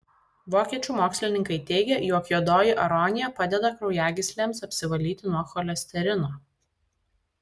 vokiečių mokslininkai teigia jog juodoji aronija padeda kraujagyslėmis apsivalyti nuo cholesterino